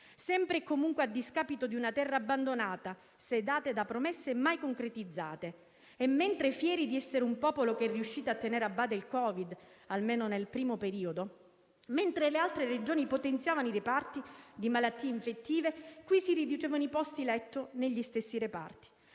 sempre e comunque a discapito di una terra abbandonata, sedata da promesse mai concretizzate. E mentre, fieri di essere un popolo che è riuscito a tenere a bada il Covid, almeno nel primo periodo, mentre le altre Regioni potenziavano i reparti di malattie infettive, qui si riducevano i posti letto negli stessi reparti.